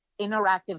interactive